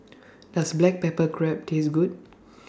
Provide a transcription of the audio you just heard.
Does Black Pepper Crab Taste Good